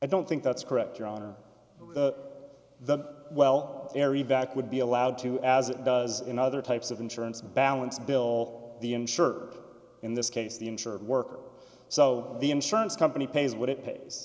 i don't think that's correct your honor the well area that would be allowed to as it does in other types of insurance balance bill the insurer in this case the insured worker so the insurance company pays what it pays